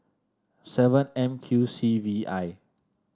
seven M Q C V I